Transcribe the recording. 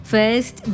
First